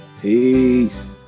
Peace